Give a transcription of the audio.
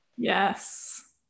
yes